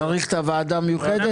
צריך את הוועדה המיוחדת?